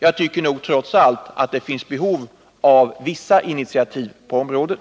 Jag tycker nog trots allt att det finns behov av vissa initiativ på området.